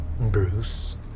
Bruce